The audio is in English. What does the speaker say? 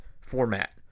format